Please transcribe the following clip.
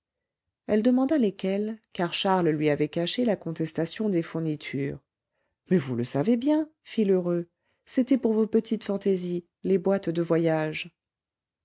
elle demanda lesquelles car charles lui avait caché la contestation des fournitures mais vous le savez bien fit lheureux c'était pour vos petites fantaisies les boîtes de voyage